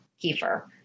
Kiefer